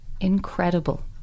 incredible